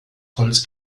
holz